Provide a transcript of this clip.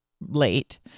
late